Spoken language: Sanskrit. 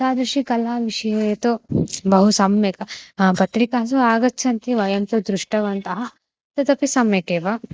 तादृशेषु कलाविषये तु बहु सम्यक् पत्रिकासु आगच्छन्ति वयं तु दृष्टवन्तः तदपि सम्यकेव